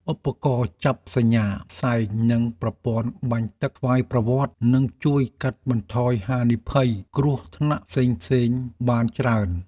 ឧបករណ៍ចាប់សញ្ញាផ្សែងនិងប្រព័ន្ធបាញ់ទឹកស្វ័យប្រវត្តិនឹងជួយកាត់បន្ថយហានិភ័យគ្រោះថ្នាក់ផ្សេងៗបានច្រើន។